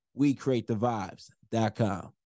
WeCreateTheVibes.com